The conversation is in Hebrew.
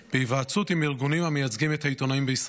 בהיוועצות עם ארגונים המייצגים את העיתונאים בישראל.